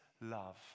love